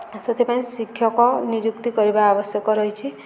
ସେଥିପାଇଁ ଶିକ୍ଷକ ନିଯୁକ୍ତି କରିବା ଆବଶ୍ୟକ ରହିଛି